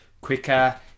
quicker